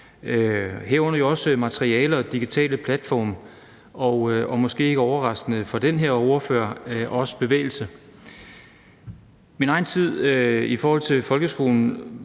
herunder jo også materialer og digitale platforme og – måske ikke overraskende for den her ordfører – også bevægelse. I midten af min egen tid folkeskolen,